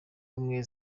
ubumwe